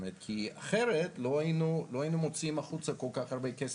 כי אחרת לא היינו מוציאים החוצה כל כך הרבה כסף.